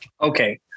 Okay